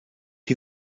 chi